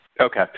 Okay